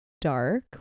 dark